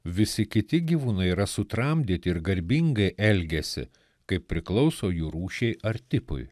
visi kiti gyvūnai yra sutramdyti ir garbingai elgiasi kaip priklauso jų rūšiai ar tipui